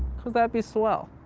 because that'd be swell.